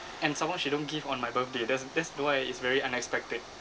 and some more she don't give on my birthday that's that's why it's very unexpected